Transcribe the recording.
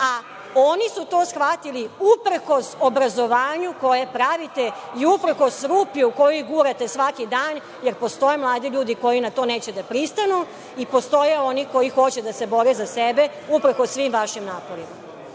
a oni su to shvatili uprkos obrazovanju koje pravite i uprkos rupi u koju gurate svaki dan jer postoje mladi ljudi koji na to neće da pristanu i postoje oni koji hoće da se bore za sebe uprkos svim vašim naporima.